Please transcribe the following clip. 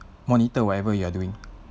monitor whatever you are doing